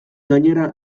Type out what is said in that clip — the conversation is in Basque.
gainera